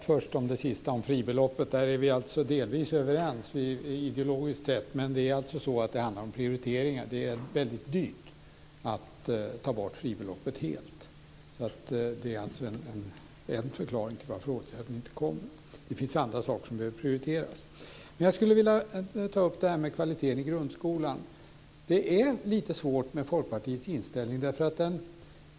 Fru talman! I fråga om fribeloppet är vi delvis överens, ideologiskt sett. Men det handlar om prioriteringar. Det är väldigt dyrt att ta bort fribeloppet helt. Det är alltså en förklaring till att åtgärden inte kommer. Det finns andra saker som behöver prioriteras. Jag skulle vilja ta upp frågan om kvaliteten i grundskolan. Det är lite svårt med Folkpartiets inställning.